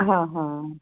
ਹਾਂ ਹਾਂ